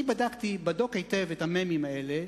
אני בדקתי בדוק היטב את המ"מים האלה